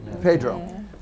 Pedro